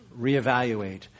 reevaluate